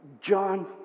John